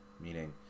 meaning